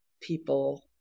people